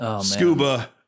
scuba